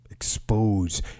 Expose